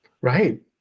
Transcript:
Right